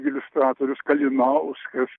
iliustratorius kalinauskas